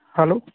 hello